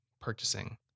purchasing